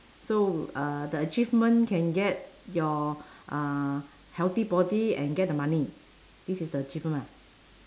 so uh the achievement can get your uh healthy body and get the money this is the achievement